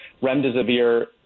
remdesivir